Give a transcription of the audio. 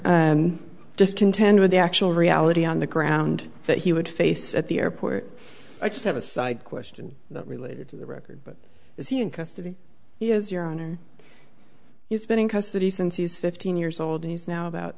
to just contend with the actual reality on the ground that he would face at the airport i just have a side question related to the record but is he in custody is your honor he's been in custody since he's fifteen years old and he's now about